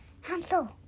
Hansel